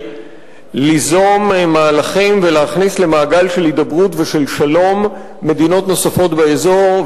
ליזום מהלכים ולהכניס למעגל של הידברות ושל שלום מדינות נוספות באזור.